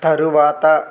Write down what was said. తరువాత